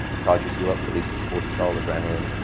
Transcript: charges you up, releases cortisol, adrenaline.